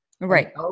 right